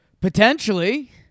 Potentially